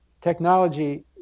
technology